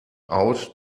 out